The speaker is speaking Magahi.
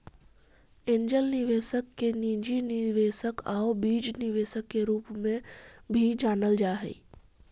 एंजेल निवेशक के निजी निवेशक आउ बीज निवेशक के रूप में भी जानल जा हइ